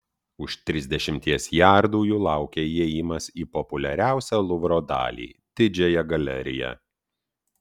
už trisdešimties jardų jų laukė įėjimas į populiariausią luvro dalį didžiąją galeriją